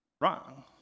Wrong